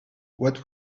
what